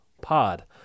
pod